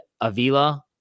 avila